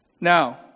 Now